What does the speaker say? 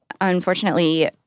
unfortunately